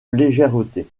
légèreté